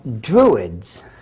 Druids